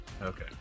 Okay